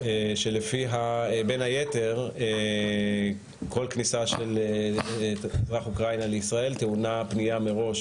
שלפיה בין היתר כל כניסה של אזרח אוקראינה לישראל טעונה פניה מראש